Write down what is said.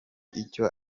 icyo